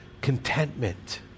contentment